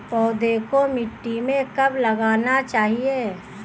पौधे को मिट्टी में कब लगाना चाहिए?